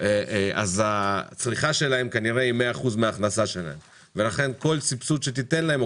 אז הצריכה שלהם כי כנראה 100% מההכנסה שלהם ולכן כל סבסוד שתיתן להם,